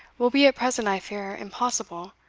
will be at present, i fear, impossible.